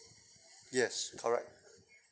yes correct